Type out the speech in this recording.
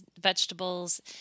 vegetables